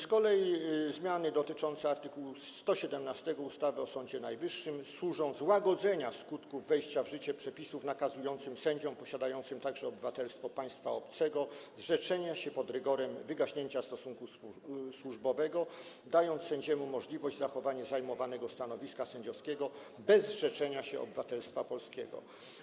Z kolei zmiany dotyczące art. 117 ustawy o Sądzie Najwyższym służą złagodzeniu skutków wejścia w życie przepisów nakazujących sędziom posiadającym także obywatelstwo państwa obcego zrzeczenie się obywatelstwa pod rygorem wygaśnięcia stosunku służbowego, dają bowiem sędziemu możliwość zachowania zajmowanego stanowiska sędziowskiego bez zrzekania się obywatelstwa polskiego.